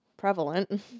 prevalent